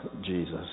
Jesus